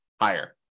higher